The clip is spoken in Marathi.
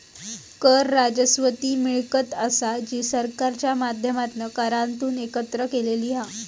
कर राजस्व ती मिळकत असा जी सरकारच्या माध्यमातना करांतून एकत्र केलेली हा